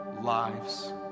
lives